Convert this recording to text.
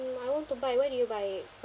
I want to buy where do you buy it